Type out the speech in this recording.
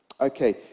Okay